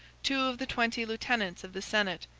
two of the twenty lieutenants of the senate,